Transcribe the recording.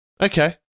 okay